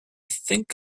think